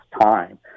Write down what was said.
time